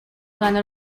ganó